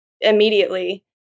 immediately